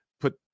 put